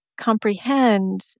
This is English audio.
comprehend